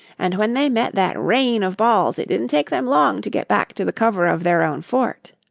and when they met that rain of balls it didn't take them long to get back to the cover of their own fort.